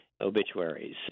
obituaries